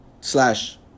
slash